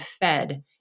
fed